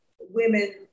women